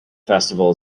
festival